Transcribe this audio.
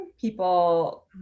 people